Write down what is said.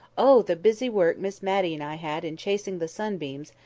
oh, the busy work miss matty and i had in chasing the sunbeams,